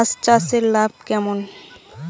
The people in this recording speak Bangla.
হাঁস চাষে লাভ কেমন?